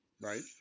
Right